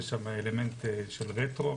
יש אלמנט של רטרו,